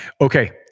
Okay